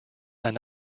eine